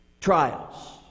trials